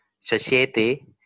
society